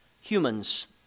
humans